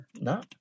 No